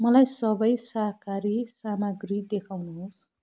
मलाई सबै शाकाहारी सामग्री देखाउनुहोस्